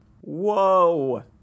Whoa